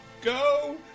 Go